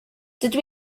dydw